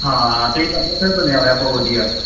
ਹਾਂ ਅਤੇ ਇੱਕ ਅੰਮ੍ਰਿਤਸਰ ਬਣਿਆ ਹੋਇਆ ਬਹੁਤ ਵਧੀਆ